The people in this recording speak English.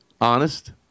Honest